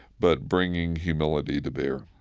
but bringing humility to bear